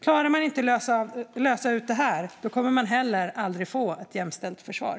Klarar man inte att lösa ut det här kommer man heller aldrig att få ett jämställt försvar.